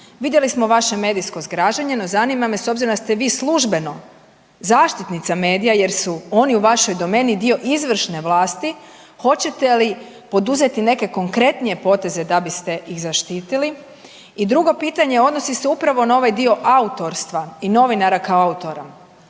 Vidjeli smo vaše medijsko zgražanje, no zanima me s obzirom da ste vi službeno zaštitnica medija jer su oni u vašoj domeni dio izvršne vlasti, hoćete li poduzeti neke konkretne poteze da biste ih zaštitili? I drugo pitanje, odnosi se upravo na ovaj dio autorstva i novinara kao autora.